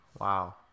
Wow